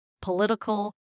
political